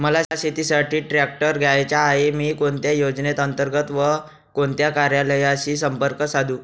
मला शेतीसाठी ट्रॅक्टर घ्यायचा आहे, मी कोणत्या योजने अंतर्गत व कोणत्या कार्यालयाशी संपर्क साधू?